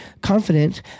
confident